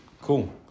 Cool